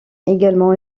également